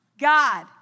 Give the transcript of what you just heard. God